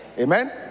amen